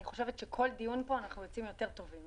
אני חושבת שכל דיון פה אנחנו יוצאים יותר טובים.